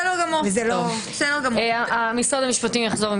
משרד המשפטים יחזור עם